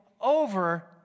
over